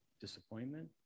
disappointment